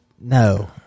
no